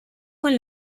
con